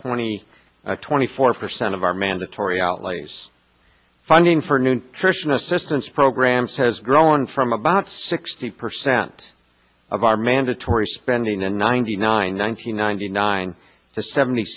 twenty twenty four percent of our mandatory outlays funding for nutrition assistance programs has grown from about sixty percent of our mandatory spending in ninety nine nine hundred ninety nine to seventy